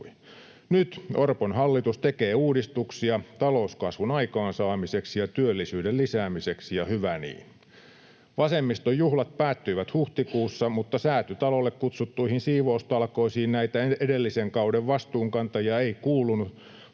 Nyt Orpon hallitus tekee uudistuksia talouskasvun aikaansaamiseksi ja työllisyyden lisäämiseksi, ja hyvä niin. Vasemmiston juhlat päättyivät huhtikuussa, mutta Säätytalolle kutsuttuihin siivoustalkoisiin näitä edellisen kauden vastuunkantajia ei kuulunut,